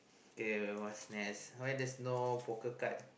okay what's next why there's no poker card